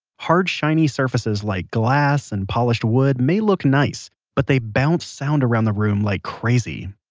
hard shiny surfaces like glass and polished wood may look nice, but they bounce sound around the room like crazy.